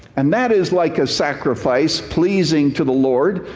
and that is like a sacrifice pleasing to the lord,